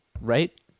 right